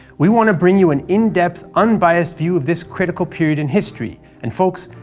we want to bring you an in-depth, unbiased view of this critical period in history and folks,